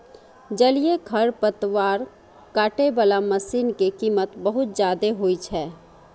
जलीय खरपतवार काटै बला मशीन के कीमत बहुत जादे होइ छै